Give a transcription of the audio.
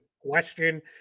question